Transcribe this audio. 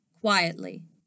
Quietly